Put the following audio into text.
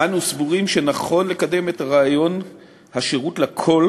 אנו סבורים שנכון לקדם את רעיון השירות לכול